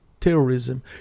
terrorism